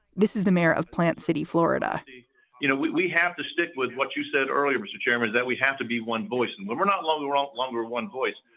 this is the mayor of plant city, florida you know, we we have to stick with what you said earlier, mr. chairman, that we have to be one voice and we're not long run longer one voice.